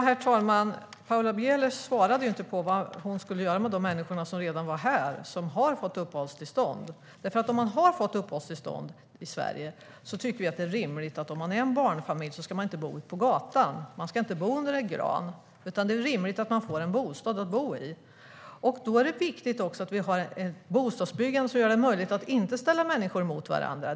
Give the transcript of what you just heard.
Herr talman! Paula Bieler svarade inte på frågan om vad hon skulle göra med de människor som redan är här, som har fått uppehållstillstånd. Om man har fått uppehållstillstånd i Sverige tycker vi att det är rimligt att om man är en barnfamilj ska man inte bo på gatan, man ska inte bo under en gran, utan det är rimligt att man får en bostad att bo i. Då är det också viktigt att vi har ett bostadsbyggande som gör det möjligt att inte ställa människor mot varandra.